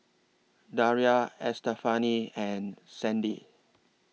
Daria Estefani and Sandy